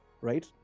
right